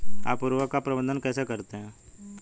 आप उर्वरक का प्रबंधन कैसे करते हैं?